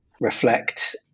reflect